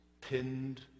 pinned